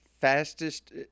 fastest